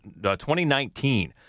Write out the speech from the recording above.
2019